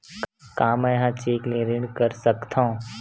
का मैं ह चेक ले ऋण कर सकथव?